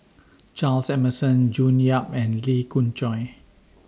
Charles Emmerson June Yap and Lee Khoon Choy